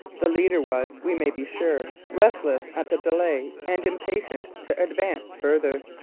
the leader was, we may be sure, restless at the delay and impatient to advance farther.